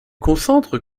concentre